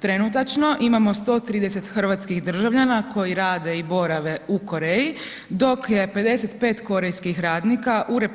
Trenutačno imamo 130 hrvatskih državljana koji rade i borave u Koreji, dok je 55 korejskih radnika u RH